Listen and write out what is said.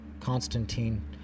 constantine